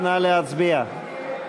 נא להצביע.